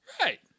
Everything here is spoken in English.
Right